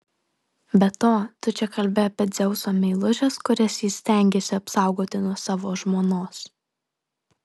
be to tu čia kalbi apie dzeuso meilužes kurias jis stengėsi apsaugoti nuo savo žmonos